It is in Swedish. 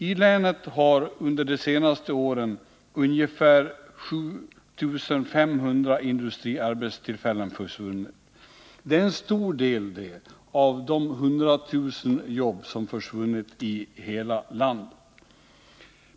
I länet har under de senaste åren ungefär 7 500 industriarbetstillfällen försvunnit. Det är en stor del av de 100 000 jobb som försvunnit i hela landet.